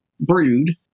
brood